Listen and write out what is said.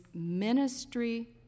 ministry